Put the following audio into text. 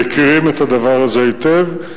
מכירים את הדבר הזה היטב,